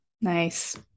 Nice